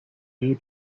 you